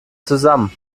zusammen